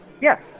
Yes